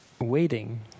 waiting